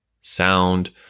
sound